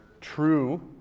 true